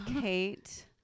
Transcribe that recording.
Kate